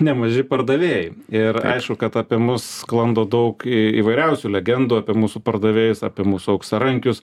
nemaži pardavėjai ir aišku kad apie mus sklando daug į įvairiausių legendų apie mūsų pardavėjus apie mūsų auksarankius